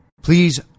Please